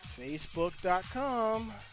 Facebook.com